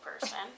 person